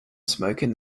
smoking